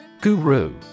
Guru